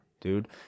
dude